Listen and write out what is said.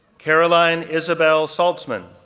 caroline isabel saltzman,